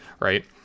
right